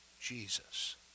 Jesus